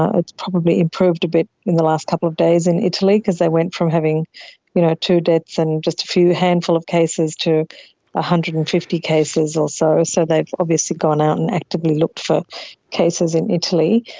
ah probably improved a bit in the last couple of days in italy because they went from having you know two deaths and just a few handful of cases to one ah hundred and fifty cases or so, so they have obviously gone out and actively looked for cases in italy.